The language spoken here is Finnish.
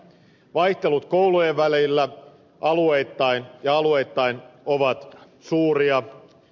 vaihtelut koulujen välillä alueittain ovat suuria